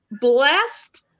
blessed